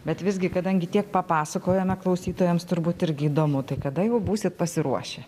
bet visgi kadangi tiek papasakojome klausytojams turbūt irgi įdomu tai kada jau būsit pasiruošę